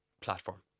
platform